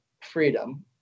freedom